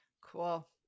Cool